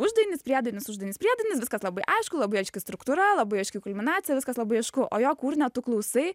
uždainis priedainis uždainis priedainis viskas labai aišku labai aiški struktūra labai aiški kulminacija viskas labai aišku o jo kūrinio tu klausai